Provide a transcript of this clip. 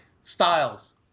Styles